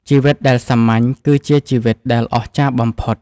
ជីវិតដែលសាមញ្ញ គឺជាជីវិតដែលអស្ចារ្យបំផុត។